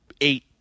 eight